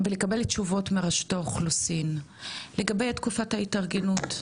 ולקבל תשובות מרשות האוכלוסין לגבי תקופת ההתארגנות,